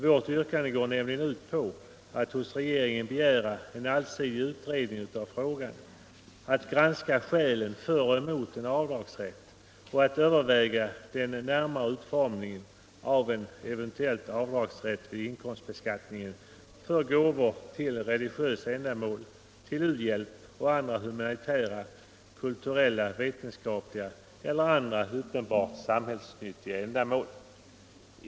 Vårt yrkande går nämligen ut på att hos regeringen begära en allsidig utredning av frågan, att granska skälen för och emot en avdragsrätt och att överväga den närmare utformningen av en eventuell avdragsrätt vid inkomstbeskattningen för gåvor till religiösa ändamål, till u-hjälp och övriga humanitära, kulturella, vetenskapliga eller andra uppenbart samhällsnyttiga ändamål.